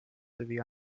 wie